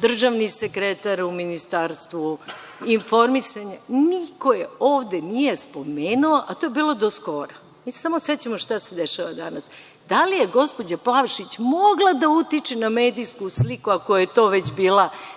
državni sekretar u Ministarstvu informisanja, niko je ovde nije spomenuo, a to je bilo do skora. Mi se samo sećamo šta se dešava danas. Da li je gospođa Plavšić mogla da utiče na medijski sliku ako je to već bila struka